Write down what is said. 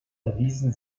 erwiesen